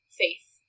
faith